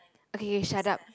okay shut up